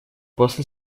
после